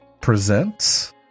presents